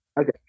Okay